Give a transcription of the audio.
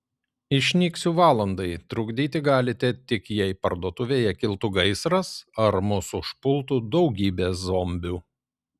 išnyksiu valandai trukdyti galite tik jei parduotuvėje kiltų gaisras ar mus užpultų daugybė zombių